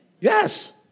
Yes